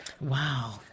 Wow